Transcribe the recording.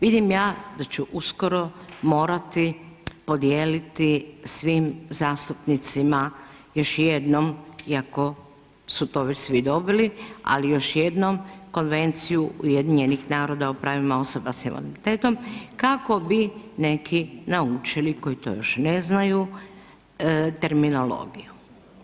Vidim ja da ću uskoro morati podijeliti svim zastupnicima još jednom iako su to već svi dobili, ali još jednom Konvenciju UN-a o pravima osoba s invaliditetom kako bi neki naučili koji to još ne znaju, terminologiju.